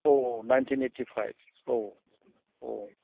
औ nineteen eighty five औ औ